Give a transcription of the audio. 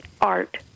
art